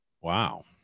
Wow